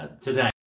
today